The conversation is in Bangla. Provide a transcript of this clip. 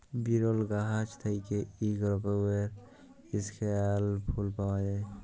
বিরল গাহাচ থ্যাইকে ইক রকমের ইস্কেয়াল ফুল পাউয়া যায়